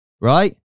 right